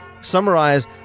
summarize